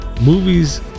movies